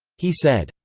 he said,